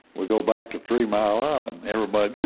we go back to three mile island. everybody, ah!